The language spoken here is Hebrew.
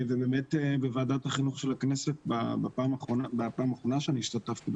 ובאמת בוועדת החינוך של הכנסת בפעם האחרונה שאני השתתפתי,